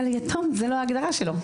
אבל יתום זה לא ההגדרה שלו.